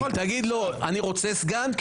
תגיד לו: אני רוצה סגן,